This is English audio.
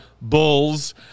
Bulls